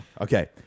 Okay